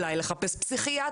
אולי לחפש פסיכיאטר,